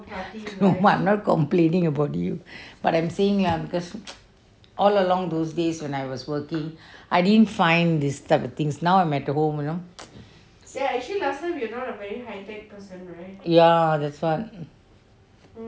no mah I'm not complaining mah about you but I'm seeing lah because all along those days when I was working I didn't find this type of things now I'm at the home you know ya that's why